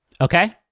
Okay